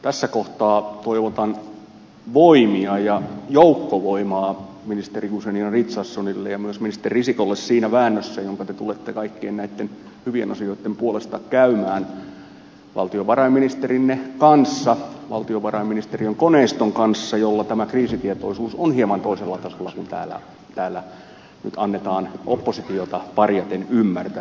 tässä kohtaa toivotan voimia ja joukkovoimaa ministeri guzenina richardsonille ja myös ministeri risikolle siinä väännössä jonka te tulette kaikkien näitten hyvien asioitten puolesta käymään valtiovarainministerinne kanssa valtiovarainministeriön koneiston kanssa jolla tämä kriisitietoisuus on hieman toisella tasolla kuin täällä nyt annetaan oppositiota parjaten ymmärtää